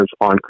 on